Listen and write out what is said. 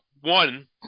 one